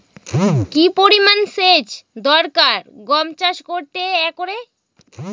কি পরিমান সেচ দরকার গম চাষ করতে একরে?